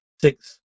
Six